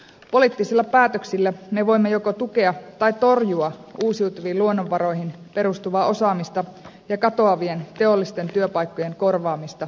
poliittisilla päätöksillä me voimme joko tukea tai torjua uusiutuviin luonnonvaroihin perustuvaa osaamista ja katoavien teollisten työpaikkojen korvaamista uusilla